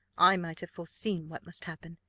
i might have foreseen what must happen,